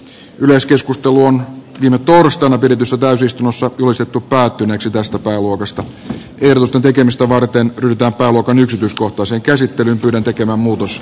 yleiskeskustelu on viime torstaina pidetyssä täysistunnossa julistettu päättyneeksi tästä uudesta tiedosta tekemistä varten pyytää palokan yksityiskohtaisen käsittelyn pyrin tekemään muutos